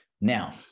Now